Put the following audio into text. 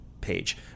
page